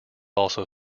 also